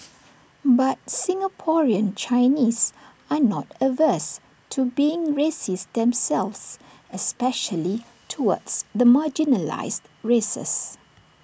but Singaporean Chinese are not averse to being racist themselves especially towards the marginalised races